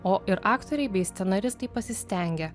o ir aktoriai bei scenaristai pasistengė